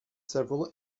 several